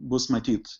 bus matyt